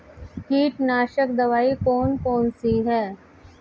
कीटनाशक दवाई कौन कौन सी हैं?